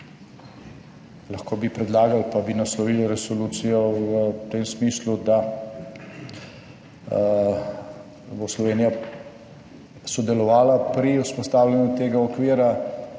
Lahko bi predlagali, pa bi naslovili resolucijo v tem smislu, da bo Slovenija sodelovala pri vzpostavljanju tega okvira,